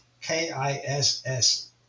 K-I-S-S